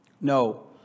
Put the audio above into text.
No